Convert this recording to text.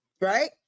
right